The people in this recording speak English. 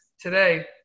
today